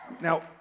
now